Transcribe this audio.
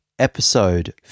Episode